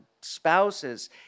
spouses